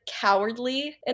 cowardly